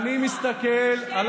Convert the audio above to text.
אני גם רציתי להצביע.